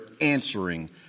answering